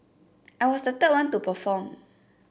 I was the third one to perform